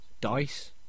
dice